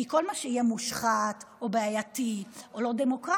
כי כל מה שיהיה מושחת או בעייתי או לא דמוקרטי,